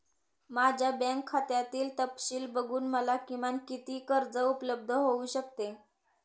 माझ्या बँक खात्यातील तपशील बघून मला किमान किती कर्ज उपलब्ध होऊ शकते?